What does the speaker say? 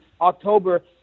October